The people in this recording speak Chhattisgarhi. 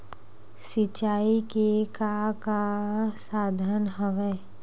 सिंचाई के का का साधन हवय?